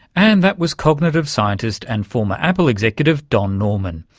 and that was cognitive scientist and former apple executive, don norman,